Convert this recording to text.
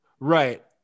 Right